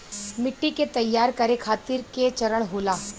मिट्टी के तैयार करें खातिर के चरण होला?